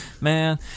Man